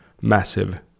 massive